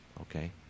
okay